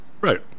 right